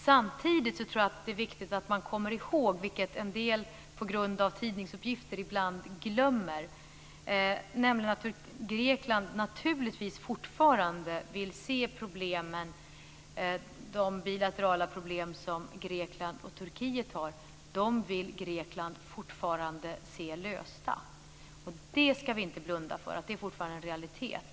Samtidigt är det viktigt att komma ihåg, vilket en del på grund av tidningsuppgifter ibland glömmer, att Grekland naturligtvis fortfarande vill se de bilaterala problem som Grekland och Turkiet har lösta. Vi ska inte blunda för att det fortfarande är en realitet.